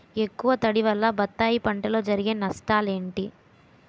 ఎక్కువ తడి వల్ల బత్తాయి పంటలో జరిగే నష్టాలేంటి?